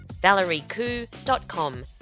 ValerieKoo.com